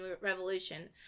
Revolution